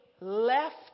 left